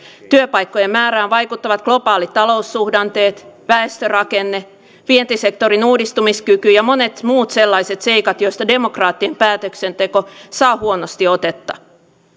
työpaikkojen määrään vaikuttavat globaalit taloussuhdanteet väestörakenne vientisektorin uudistumiskyky ja monet muut sellaiset seikat joista demokraattinen päätöksenteko saa huonosti otetta